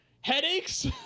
headaches